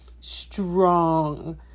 strong